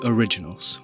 Originals